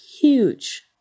huge